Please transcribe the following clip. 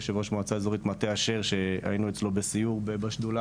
יושב ראש המועצה האזורית מטה אשר שהיינו אצלו בסיור בשדולה